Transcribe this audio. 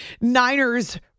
Niners